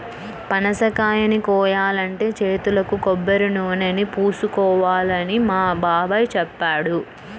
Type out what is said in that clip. పనసకాయని కోయాలంటే చేతులకు కొబ్బరినూనెని పూసుకోవాలని మా బాబాయ్ చెప్పాడు